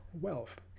wealth